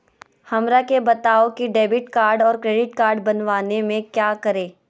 हमरा के बताओ की डेबिट कार्ड और क्रेडिट कार्ड बनवाने में क्या करें?